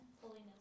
Holiness